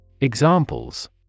Examples